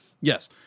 Yes